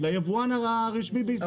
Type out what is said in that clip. ליבואן הרשמי בישראל.